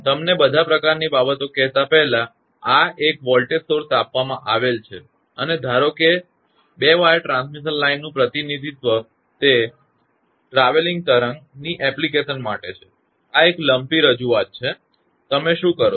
તમને બધા પ્રકારની બાબતો કહેતા પહેલા આ એક વોલ્ટેજ સ્રોત આપવામાં આવેલ છે અને ધારો કે બે વાયર ટ્રાન્સમિશન લાઇનનું પ્રતિનિધિત્વ એ ટ્રાવેલીંગ તરંગ ની એપ્લિકેશન માટે છે અને આ એક લમ્પી રજૂઆત છે તમે શું કરો છો